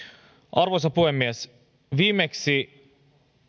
arvoisa puhemies viimeksi